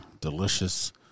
Delicious